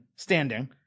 Standing